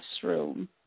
classroom